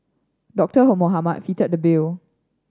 Doctor Mohamed fitted the bill